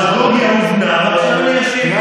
הדמגוגיה הובנה, ועכשיו אני אשיב.